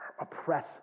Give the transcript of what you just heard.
oppress